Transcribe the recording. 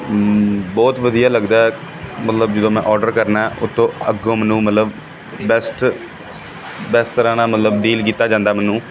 ਬਹੁਤ ਵਧੀਆ ਲੱਗਦਾ ਮਤਲਬ ਜਦੋਂ ਮੈਂ ਆਰਡਰ ਕਰਨਾ ਉਤੋਂ ਅੱਗੋਂ ਮੈਨੂੰ ਮਤਲਬ ਬੈਸਟ ਬੈਸਟ ਤਰ੍ਹਾ ਨਾਲ ਮਤਲਬ ਡੀਲ ਕੀਤਾ ਜਾਂਦਾ ਮੈਨੂੰ